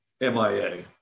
MIA